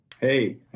Hey